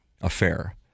affair